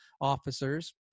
officers